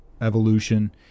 evolution